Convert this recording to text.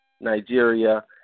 Nigeria